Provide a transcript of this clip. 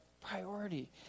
priority